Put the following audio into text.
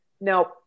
Now